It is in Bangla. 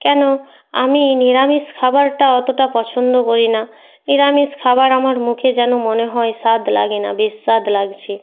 কেন আমি নিরামিষ খাবারটা অতটা পছন্দ করি না নিরামিষ খাবার আমার মুখে যেন মনে হয় স্বাদ লাগে না বিস্বাদ লাগছে